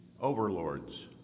overlords